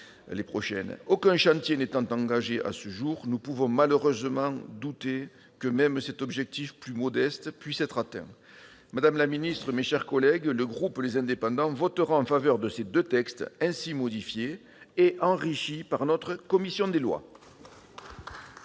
aucun chantier n'étant engagé à ce jour, nous pouvons malheureusement douter que même cet objectif plus modeste puisse être atteint. Madame la ministre, mes chers collègues, le groupe Les Indépendants-République et Territoires votera en faveur de l'adoption de ces deux textes ainsi modifiés et enrichis par notre commission des lois.